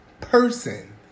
person